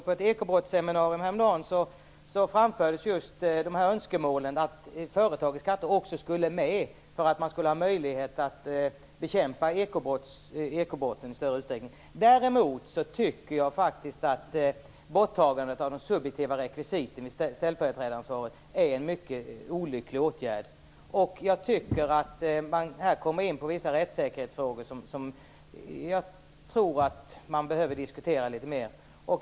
På ett ekobrottsseminarium häromdagen framfördes önskemål om att företagens skatter skulle finnas med, för att ge möjlighet att bekämpa ekobrott i större utsträckning. Däremot tycker jag att det är olyckligt att man tar bort de subjektiva rekvisiten vid ställföreträdaransvar. Här kommer vi in på rättssäkerhetsfrågor som skulle behöva diskuteras mer.